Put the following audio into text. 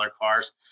cars